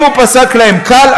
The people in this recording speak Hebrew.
אם הוא פסק עונש קל,